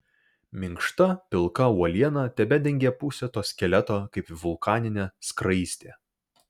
minkšta pilka uoliena tebedengė pusę to skeleto kaip vulkaninė skraistė